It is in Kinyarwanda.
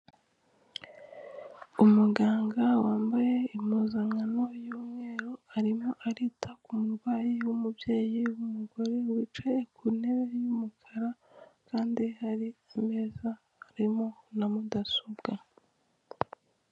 Umuganga wambaye impuzankano y'umweru, arimo arita ku murwayi w'umubyeyi w'umugore wicaye ku ntebe y'umukara kandi hari ameza arimo na mudasobwa.